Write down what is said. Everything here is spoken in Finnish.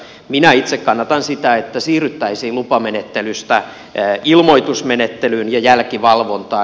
minä itse kannatan sitä että siirryttäisiin lupamenettelystä ilmoitusmenettelyyn ja jälkivalvontaan